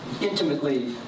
intimately